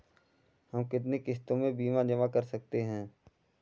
हम कितनी किश्तों में बीमा जमा कर सकते हैं?